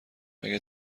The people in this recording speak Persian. اگه